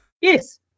Yes